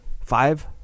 five